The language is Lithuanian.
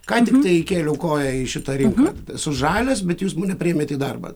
ką tiktai įkėliau koją į šitą rinką esu žalias bet jūs mane priėmėt į darbą